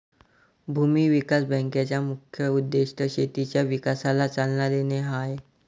भूमी विकास बँकेचा मुख्य उद्देश शेतीच्या विकासाला चालना देणे हा आहे